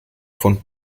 von